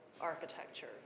architecture